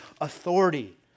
authority